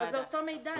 אבל זה אותו מידע.